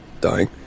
dying